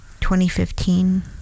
2015